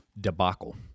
debacle